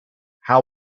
how